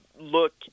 look